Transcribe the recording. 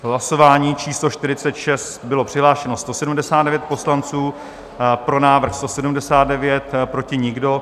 V hlasování číslo 46 bylo přihlášeno 179 poslanců, pro návrh 179, proti nikdo.